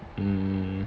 mm